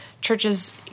churches